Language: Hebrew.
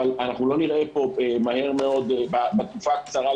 אבל אנחנו לא נראה פה מהר מאוד בתקופה הקצרה,